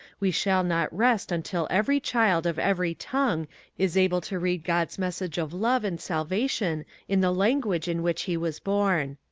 we shall not rest until every child of every tongue is able to read god's message of love and salvation in the language in which he was born.